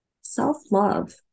self-love